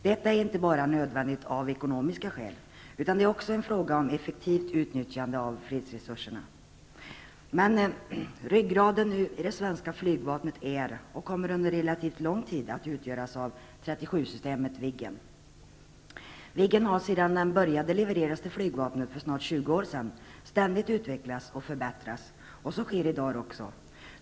Detta är inte bara nödvändigt av ekonomiska skäl, utan det är också en fråga om effektivt utnyttjande av fredsresurserna. Ryggraden i det svenska flygvapnet är och kommer under relativt lång tid att utgöras av 37-systemet, Viggen. Viggen har sedan den började levereras till flygvapnet för snart 20 år sedan ständigt utvecklats och förbättrats, och så sker i dag också.